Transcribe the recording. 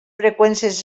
freqüències